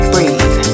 Breathe